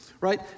right